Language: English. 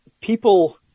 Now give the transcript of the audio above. people